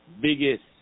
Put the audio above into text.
biggest